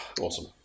Awesome